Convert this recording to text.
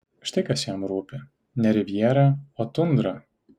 štai kas jam rūpi ne rivjera o tundra